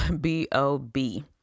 b-o-b